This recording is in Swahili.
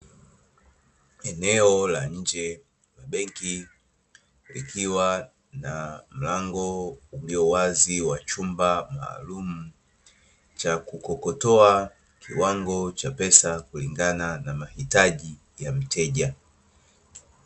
Eneo la nje ya benki likiwa na mlango ulio wazi wa chumba maalum, cha kukukotoa kiwango cha pesa kulingana na mahitahi ya mteja.